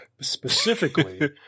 specifically